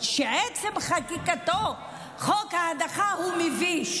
חוק ההדחה, שעצם חקיקתו היא מבישה.